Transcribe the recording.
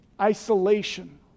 isolation